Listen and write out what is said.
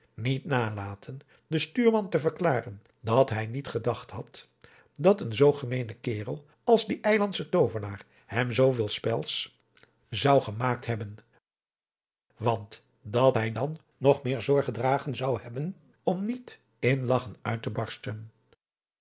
niet nalaten den stuurman te verklaren dat bij niet gedacht had dat een zoo gemeene kerel als die ijslandsche toovenaar hem zoo veel spels zou geadriaan loosjes pzn het leven van johannes wouter blommesteyn maakt hebben want dat hij dan nog meer zorg gedragen zou hebben om niet in lagchen uit te barsten